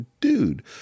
dude